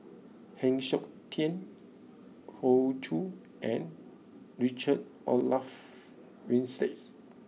Heng Siok Tian Hoey Choo and Richard Olaf Winstedt